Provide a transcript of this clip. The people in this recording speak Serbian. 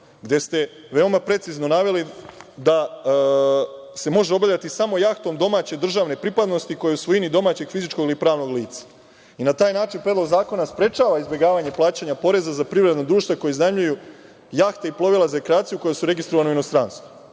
gde ste veoma precizno naveli da se može obavljati samo jahtom domaće državne pripadnosti koja je u svojini domaćeg, fizičkog ili pravnog lica. Na taj način Predlog zakona sprečava izbegavanje plaćanja poreza za privredna društva koja iznajmljuju jahte i plovila za rekreaciju koja su registrovana u inostranstvu.